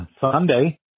Sunday